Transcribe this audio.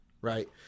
right